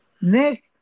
Nick